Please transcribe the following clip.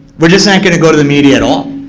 we're just not going to go to the media at all.